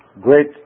great